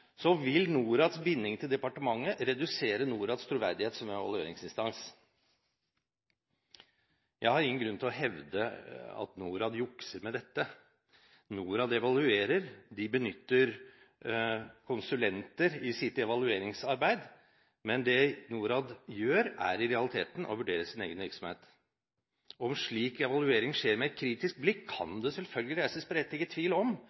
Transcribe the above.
vil NORADs binding til departementet redusere NORADs troverdighet som evalueringsinstans. Jeg har ingen grunn til å hevde at NORAD jukser med dette. NORAD evaluerer. De benytter konsulenter i sitt evalueringsarbeid, men det NORAD gjør, er i realiteten å vurdere sin egen virksomhet. Hvorvidt slik evaluering skjer med et kritisk blikk, kan det selvfølgelig reises berettiget tvil om.